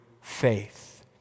faith